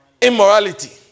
immorality